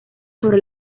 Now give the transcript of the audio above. sobre